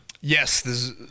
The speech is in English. Yes